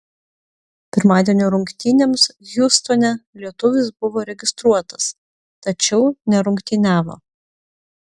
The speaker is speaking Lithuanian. pirmadienio rungtynėms hjustone lietuvis buvo registruotas tačiau nerungtyniavo